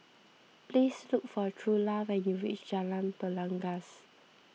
please look for Trula when you reach Jalan Belangkas